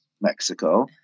Mexico